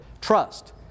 Trust